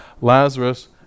Lazarus